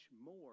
more